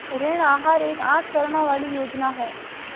ऋण आहार एक आठ चरणों वाली योजना है